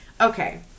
Okay